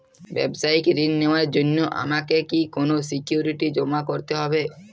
ব্যাবসায়িক ঋণ নেওয়ার জন্য আমাকে কি কোনো সিকিউরিটি জমা করতে হবে?